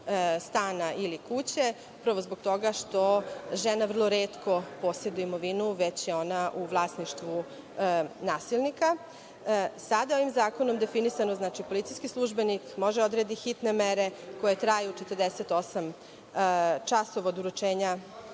stana ili kuće, upravo zbog toga što žena vrlo retko poseduje imovinu, već je ona u vlasništvu nasilnika. Sada je ovim zakonom definisano da policijski službenik može da odredi hitne mere koje traju 48 časova od uručenja